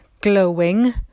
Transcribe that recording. glowing